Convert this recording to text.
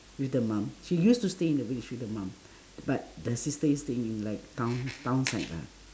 with the mom she used to stay in the village with the mom but the sister is staying in like town town side lah